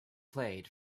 played